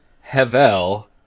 Havel